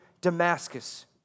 Damascus